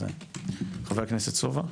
חבר הכנסת סובה.